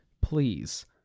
please